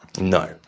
No